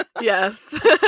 Yes